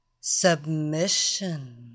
Submission